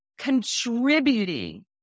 contributing